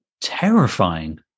terrifying